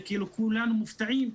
כולנו מופתעים.